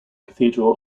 cathedral